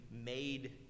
made